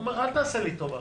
הוא אומר: אל תעשה לי טובה.